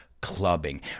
clubbing